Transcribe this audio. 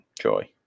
joy